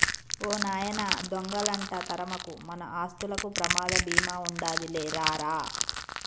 ఓ నాయనా దొంగలంట తరమకు, మన ఆస్తులకి ప్రమాద బీమా ఉండాదిలే రా రా